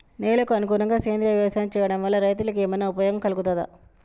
నేలకు అనుకూలంగా సేంద్రీయ వ్యవసాయం చేయడం వల్ల రైతులకు ఏమన్నా ఉపయోగం కలుగుతదా?